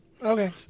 Okay